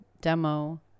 demo